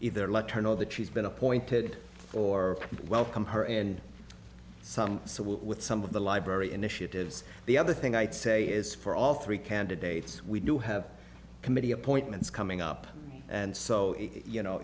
either let her know that she's been appointed or welcome her and some so what with some of the library initiatives the other thing i'd say is for all three candidates we do have committee appointments coming up and so you know